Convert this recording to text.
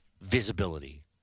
visibility